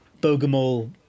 Bogomol